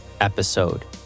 episode